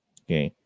okay